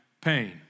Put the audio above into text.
pain